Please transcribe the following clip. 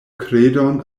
kredon